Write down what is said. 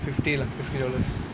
fifty lah fifty dollars